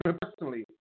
Personally